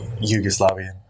Yugoslavian